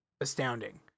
astounding